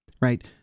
right